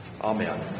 Amen